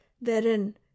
therein